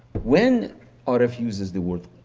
when aref uses the word